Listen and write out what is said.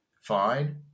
fine